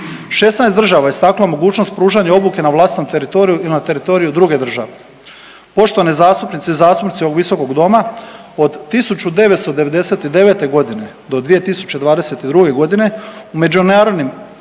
16 država je istaknulo mogućnost pružanja obuke na vlastitom teritoriju ili na teritoriju druge države. Poštovane zastupnice i zastupnici ovog Visokog doma od 1999. godine do 2022. godine u međunarodnim